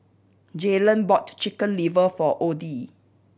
Jaylan bought Chicken Liver for Oddie